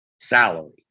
salary